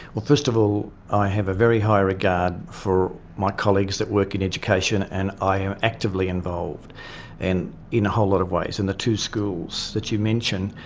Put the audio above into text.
well, first of all i have a very high regard for my colleagues that work in education, and i am actively involved and in a whole lot of ways. and the two schools that you mention,